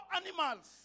animals